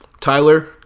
Tyler